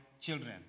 children